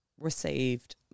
received